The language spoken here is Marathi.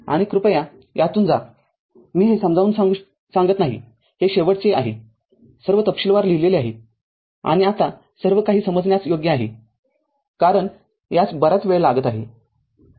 आणि कृपया यातून जा मी हे समजावून सांगत नाही हे शेवटचे आहे सर्व तपशीलवार लिहिलेले आहे आणि आता सर्वकाही समजण्यास योग्य आहे कारण यास बराच वेळ लागत आहे